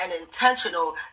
intentional